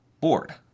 bored